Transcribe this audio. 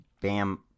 Bam